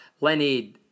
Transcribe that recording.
Lenny